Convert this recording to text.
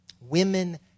Women